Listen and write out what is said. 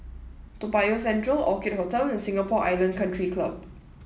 Toa Payoh Central Orchid Hotel and Singapore Island Country Club